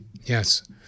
Yes